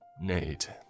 Nate